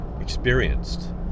experienced